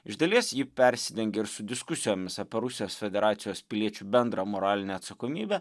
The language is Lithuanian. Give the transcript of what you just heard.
iš dalies ji persidengia ir su diskusijomis apie rusijos federacijos piliečių bendrą moralinę atsakomybę